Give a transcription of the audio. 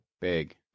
Big